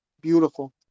beautiful